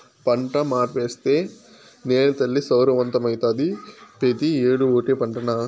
పంట మార్సేత్తే నేలతల్లి సారవంతమైతాది, పెతీ ఏడూ ఓటే పంటనా